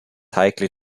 heikle